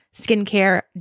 skincare